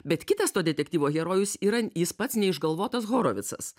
bet kitas to detektyvo herojus yra jis pats neišgalvotas horovicas